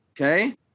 Okay